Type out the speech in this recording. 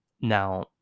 Now